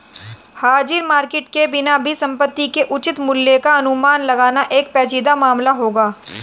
हाजिर मार्केट के बिना भी संपत्ति के उचित मूल्य का अनुमान लगाना एक पेचीदा मामला होगा